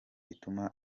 bituma